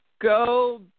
go